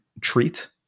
treat